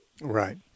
right